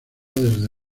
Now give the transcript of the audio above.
desde